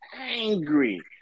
angry